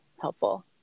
Helpful